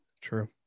True